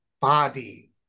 body